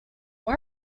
why